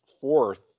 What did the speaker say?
fourth